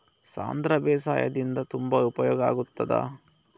ಸಾಂಧ್ರ ಬೇಸಾಯದಿಂದ ತುಂಬಾ ಉಪಯೋಗ ಆಗುತ್ತದಾ?